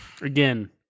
again